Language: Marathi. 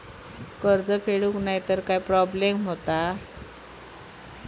कर्ज फेडूक नाय तर काय प्रोब्लेम जाता?